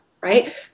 right